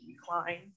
decline